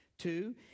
Two